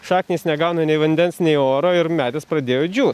šaknys negauna nei vandens nei oro ir medis pradėjo džiūt